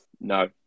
No